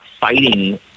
fighting